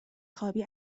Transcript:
خوابی